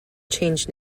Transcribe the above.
change